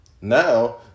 Now